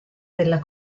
della